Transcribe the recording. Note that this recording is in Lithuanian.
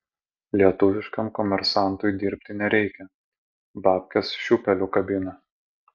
lietuviškam komersantui dirbti nereikia babkes šiūpeliu kabina